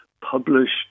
published